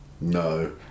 No